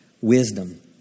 Wisdom